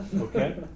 Okay